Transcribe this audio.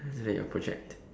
isn't that your project